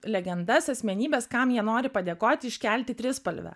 legendas asmenybes kam jie nori padėkoti iškelti trispalvę